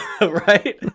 right